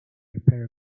repair